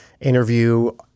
interview